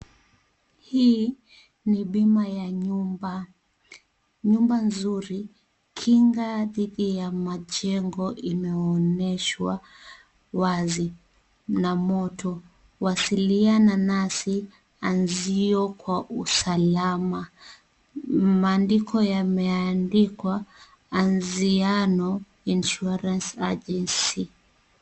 Hii ni bima ya nyumba. Nyumba nzuri, kinga dhidi ya majengo imeonyeshwa wazi na motto , wasiliana nasi, anzio kwa usalama. Maandiko yameandikwa Anziano Insurance Agency